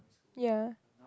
ya